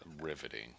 Riveting